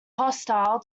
hostile